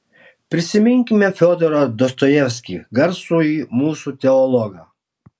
prisiminkime fiodorą dostojevskį garsųjį mūsų teologą